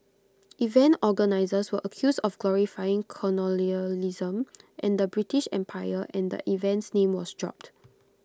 event organisers were accused of glorifying colonialism and the British empire and the event's name was dropped